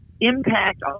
impact